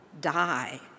die